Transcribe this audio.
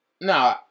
no